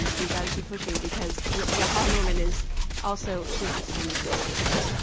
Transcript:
and we gotta keep pushing, because the the aha moment is also there's just so much more work to do.